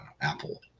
Apple